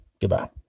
Goodbye